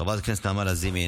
חברת הכנסת נעמה לזימי,